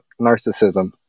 Narcissism